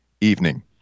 evening